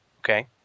okay